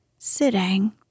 Sitting